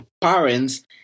parents